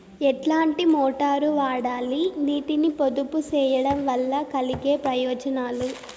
ఎట్లాంటి మోటారు వాడాలి, నీటిని పొదుపు సేయడం వల్ల కలిగే ప్రయోజనాలు?